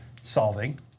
solving